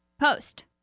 post